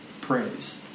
praise